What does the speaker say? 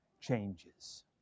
changes